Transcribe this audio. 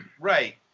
Right